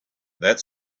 that